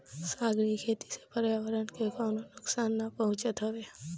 सागरी खेती से पर्यावरण के कवनो नुकसान ना पहुँचत हवे